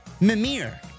Mimir